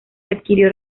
adquirió